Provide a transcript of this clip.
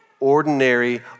Ordinary